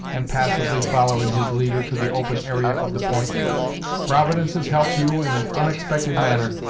and passively following his leader to the open area of the point providence has helped you in an onexpected manner.